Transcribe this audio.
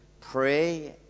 pray